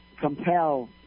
compel